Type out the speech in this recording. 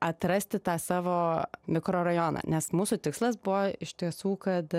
atrasti tą savo mikrorajoną nes mūsų tikslas buvo iš tiesų kad